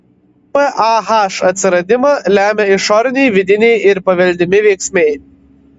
pah atsiradimą lemia išoriniai vidiniai ir paveldimi veiksniai